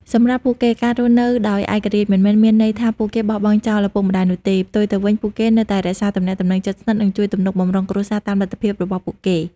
សម្រាប់ពួកគេ ការរស់នៅដោយឯករាជ្យមិនមែនមានន័យថាពួកគេបោះបង់ចោលឪពុកម្តាយនោះទេ ផ្ទុយទៅវិញពួកគេនៅតែរក្សាទំនាក់ទំនងជិតស្និទ្ធ និងជួយទំនុកបម្រុងគ្រួសារតាមលទ្ធភាពរបស់ពួកគេ។